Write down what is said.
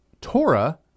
Torah